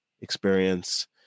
experience